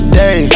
day